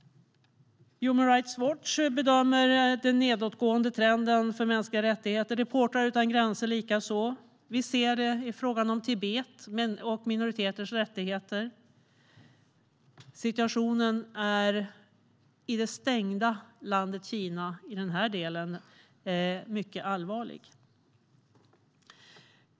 Human Rights Watch bedömer att det är en nedåtgående trend för mänskliga rättigheter, och det gör likaså Reportrar utan gränser. Vi ser det i fråga om Tibet och minoriteters rättigheter. Situationen i det stängda landet Kina är i den här delen mycket allvarlig.